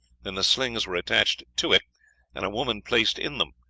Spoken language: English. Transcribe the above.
than the slings were attached to it and a woman placed in them.